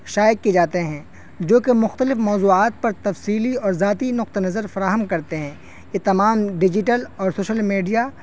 شائع کیے جاتے ہیں جو کہ مختلف موضوعات پر تفصیلی اور ذاتی نقطہ نظر فراہم کرتے ہیں یہ تمام ڈیجیٹل اور سوشل میڈیا